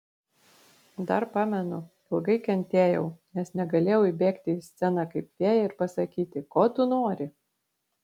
dar pamenu ilgai kentėjau nes negalėjau įbėgti į sceną kaip fėja ir pasakyti ko tu nori